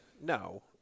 No